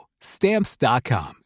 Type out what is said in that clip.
Stamps.com